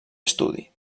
estudi